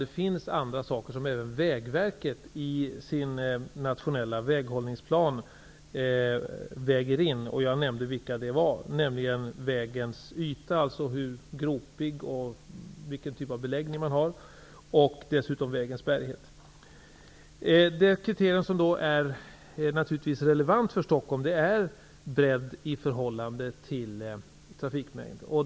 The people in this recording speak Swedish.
Det finns andra saker som man även i Vägverkets nationella väghållningsplan väger in. Jag nämnde vilka det är, nämligen vägens yta, dvs. hur gropig den är, vilken typ av beläggning den har och dess bärighet. Det kriterium som naturligtvis är relevant för Stockholms län är bredd i förhållande till trafikmängd.